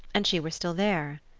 and she were still there?